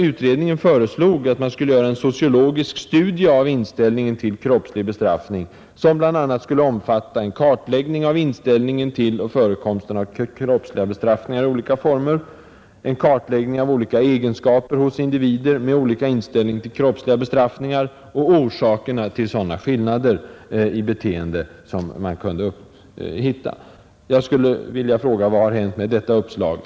Utredningen föreslog att man skulle göra Nr 51 en sociologisk studie om inställningen till kroppslig bestraffning, som Torsdagen den bl.a. skulle omfatta en kartläggning av inställningen till och förekomsten 725 mars 1971 av kroppslig bestraffning i olika former, en kartläggning av olika ———— egenskaper hos individer med olika inställning till kroppslig bestraffning Om åtgärder för att och orsakerna till sådana skillnader i beteende som man kunde finna. Jag förhindra barnmisshandel m.m. skulle vilja fråga: Vad har hänt med detta uppslag?